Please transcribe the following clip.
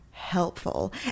helpful